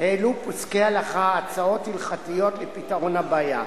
העלו פוסקי הלכה הצעות הלכתיות לפתרון הבעיה.